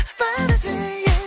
fantasy